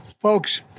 Folks